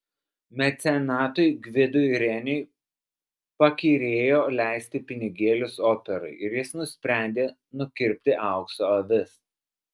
mecenatui gvidui reniui pakyrėjo leisti pinigėlius operai ir jis nusprendė nukirpti aukso avis